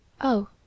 Oh